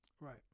Right